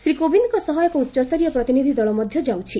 ଶ୍ରୀ କୋବିନ୍ଦଙ୍କ ସହ ଏକ ଉଚ୍ଚସ୍ତରୀୟ ପ୍ରତିନିଧି ଦଳ ମଧ୍ୟ ଯାଉଛି